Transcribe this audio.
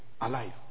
alive